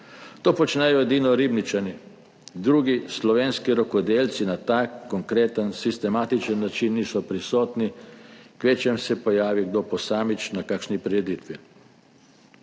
To počnejo edino Ribničani, drugi slovenski rokodelci na tak konkreten, sistematičen način niso prisotni, kvečjemu se pojavi kdo posamično na kakšni prireditvi.